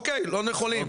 אוקיי, לא נכונים.